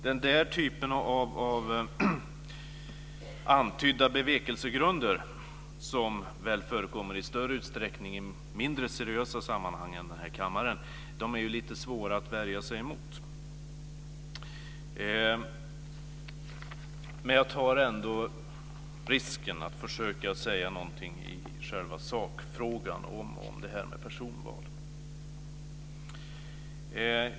Den typ av antydda bevekelsegrunder som väl förekommer i större utsträckning i mindre seriösa sammanhang än här i kammaren är lite svåra att värja sig mot, men jag tar risken att försöka säga något i sakfrågan om personval.